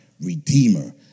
Redeemer